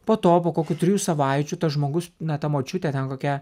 po to po kokių trijų savaičių tas žmogus na ta močiutė ten kokia